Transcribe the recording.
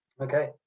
Okay